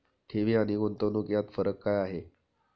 ठेवी आणि गुंतवणूक यात फरक काय आहे?